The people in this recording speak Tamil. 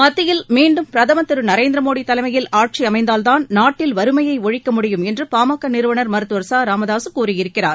மத்தியில் மீண்டும் பிரதம் திரு நரேந்திர மோடி தலைமையில் ஆட்சி அமைந்தால்தான் நாட்டில் வறுமையை ஒழிக்க முடியும் என்று பா ம க நிறுவனா் மருத்துவர் ச ராமதாஸ் கூறியிருக்கிறார்